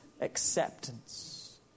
acceptance